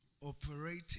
Operating